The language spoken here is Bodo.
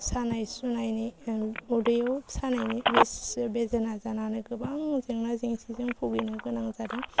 सानाय सुनायनि उदैआव सानायनि बिस बिदेना जानानै गोबां जेंना जेंसिजों बुगिनो गोनां जादों